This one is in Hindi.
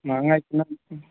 महँगा इतना